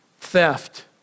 theft